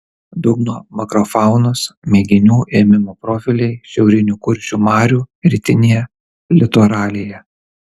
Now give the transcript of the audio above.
dugno makrofaunos mėginių ėmimo profiliai šiaurinių kuršių marių rytinėje litoralėje